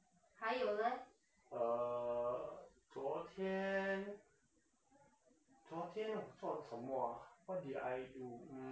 uh 昨天昨天我做了什么啊 what did I do mm